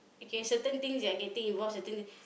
okay certain things that I can think involve certain